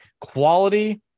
quality